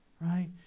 right